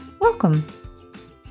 Welcome